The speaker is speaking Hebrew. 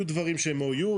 יהיו דברים שיהיו OU,